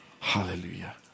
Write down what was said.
Hallelujah